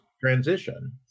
transition